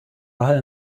daher